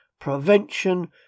prevention